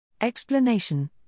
Explanation –